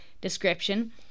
description